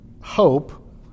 hope